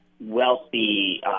wealthy